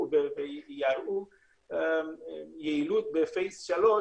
שיראו יעילות בשלב 3,